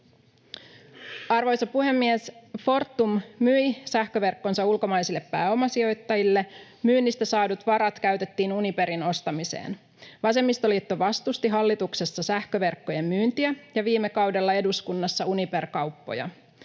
Arvoisa puhemies! Fortum myi sähköverkkonsa ulkomaisille pääomasijoittajille. Myynnistä saadut varat käytettiin Uniperin ostamiseen. Vasemmistoliitto vastusti hallituksessa sähköverkkojen myyntiä ja viime kaudella eduskunnassa Uniper-kauppoja.